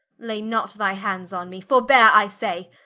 lay not thy hands on me forbeare i say,